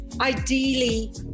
ideally